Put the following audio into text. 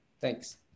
thanks